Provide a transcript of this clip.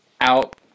out